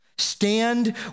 Stand